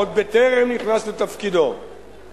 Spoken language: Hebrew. עוד בטרם נכנס לתפקידו,